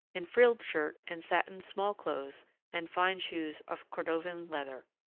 in frilled shirt and satin small-clothes and fine shoes of cordovan leather.